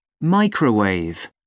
microwave